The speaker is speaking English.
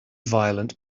violent